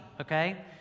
okay